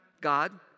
God